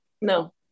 No